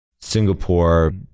Singapore